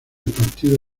partido